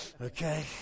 Okay